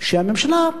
שהממשלה,